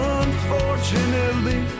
unfortunately